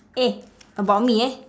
eh about me eh